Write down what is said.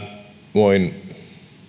voin